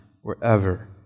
wherever